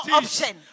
option